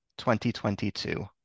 2022